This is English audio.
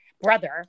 brother